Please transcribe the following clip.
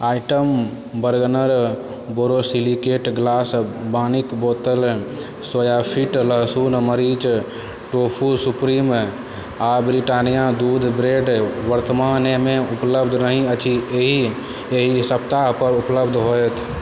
item Bergner borosilicate glass पानिक बोतल Soyfit लहसुन मरीच टोफू सुप्रीम आ ब्रिटानिया दूध ब्रेड वर्तमानमे उपलब्ध नहि अछि एहि एहि सप्ताहपर उपलब्ध होयत